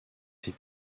ses